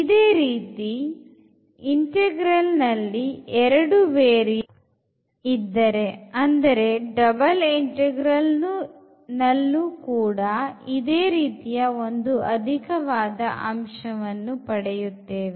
ಇದೇ ರೀತಿ integral ನಲ್ಲಿ ಎರಡು ವೇರಿಯಬಲ್ ಇದ್ದರೆ ಅಂದರೆ double integral ನಲ್ಲೂ ಕೂಡ ಇದೇ ರೀತಿಯ ಒಂದು ಅಧಿಕವಾದ ಅಂಶವನ್ನು ಪಡೆಯುತ್ತೇವೆ